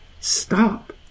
Stop